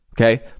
Okay